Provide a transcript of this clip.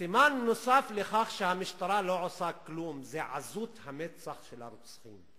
סימן נוסף לכך שהמשטרה לא עושה כלום זה עזות המצח של הרוצחים.